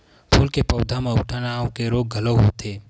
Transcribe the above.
फूल के पउधा म उकठा नांव के रोग घलो होथे